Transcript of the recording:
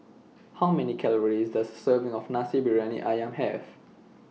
How Many Calories Does A Serving of Nasi Briyani Ayam Have